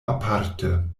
aparte